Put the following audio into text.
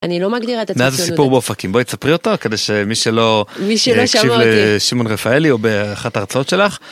אני לא מגדירה את עצמי... מאז הסיפור באופקים, בואי תספרי אותו כדי שמי שלא הקשיב לשמעון רפאלי או באחת ההרצאות שלך.